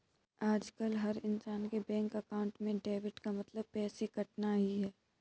आजकल हर इन्सान के बैंक अकाउंट में डेबिट का मतलब पैसे कटना ही है